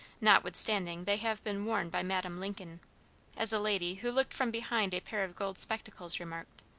notwithstanding they have been worn by madam lincoln as a lady who looked from behind a pair of gold spectacles remarked.